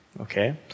okay